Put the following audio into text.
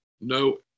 no